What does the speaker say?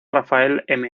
rafael